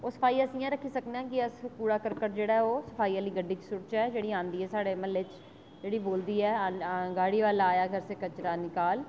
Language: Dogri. ओह् सफाई अस इयां रक्खी सकने आं कि अस कूड़ा कर्कट जेह्ड़ा ऐ ओह् सफाई आह्ली गड्डी च सु'टचै जेह्ड़ी औंदी ऐ साढ़े म्हल्लै च जेह्ड़ी बोलदी ऐ गाड़ी वाला आया घर से कचरा निकाल